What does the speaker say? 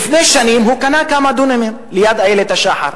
לפני שנים הוא קנה כמה דונמים ליד איילת-השחר.